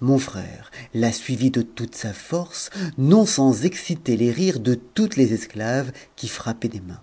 mon frère la suivit de toute sa force non sans exciter les rires de toutes les esclaves qui frappaient des mains